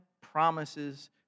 promises